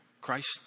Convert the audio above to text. Christ